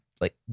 like-